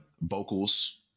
vocals